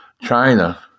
China